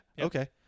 Okay